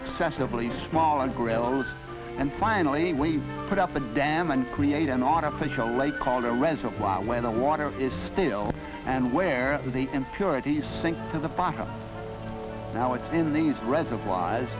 successively smaller grills and finally we put up a dam and create an artificial lake called a reservoir where the water is still and where the impurities sink to the bottom now it's in these reservoirs